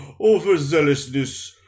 overzealousness